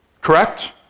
correct